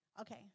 Okay